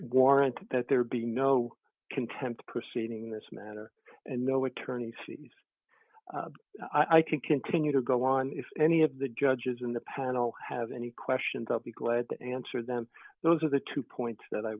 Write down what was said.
gorin that there be no contempt proceedings this matter and no attorney's fees i can continue to go on if any of the judges in the panel have any questions i'll be glad to answer them those are the two points that i